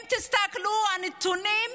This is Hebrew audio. אם תסתכלו על הנתונים,